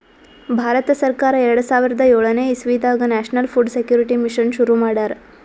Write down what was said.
ಭಾರತ ಸರ್ಕಾರ್ ಎರಡ ಸಾವಿರದ್ ಯೋಳನೆ ಇಸವಿದಾಗ್ ನ್ಯಾಷನಲ್ ಫುಡ್ ಸೆಕ್ಯೂರಿಟಿ ಮಿಷನ್ ಶುರು ಮಾಡ್ಯಾರ್